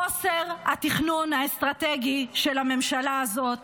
חוסר התכנון האסטרטגי של הממשלה הזאת